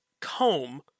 comb